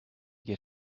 get